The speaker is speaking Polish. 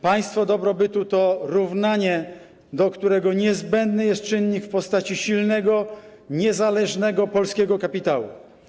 Państwo dobrobytu to równanie, do którego niezbędny jest czynnik w postaci silnego, niezależnego polskiego kapitału.